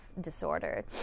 disorder